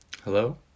Hello